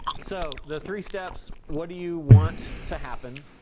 so, the three steps what do you want to happen?